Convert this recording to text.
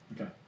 Okay